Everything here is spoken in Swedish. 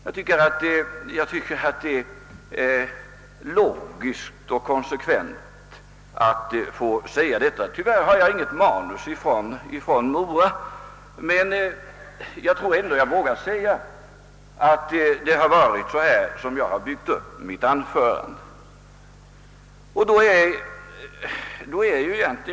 Jag tycker att det är logiskt och konsekvent att säga detta. Tyvärr har jag inget manuskript från anförandet i Mora, men jag vågar säga, att det var på detta sätt som jag hade byggt upp mitt anförande.